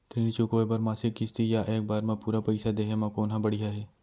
ऋण चुकोय बर मासिक किस्ती या एक बार म पूरा पइसा देहे म कोन ह बढ़िया हे?